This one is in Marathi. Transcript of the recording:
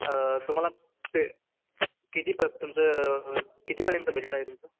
तुम्हाला पे किती प तुमचं कितीपर्यंत बजेट आहे तुमचं